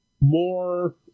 more